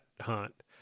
hunt